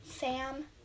Sam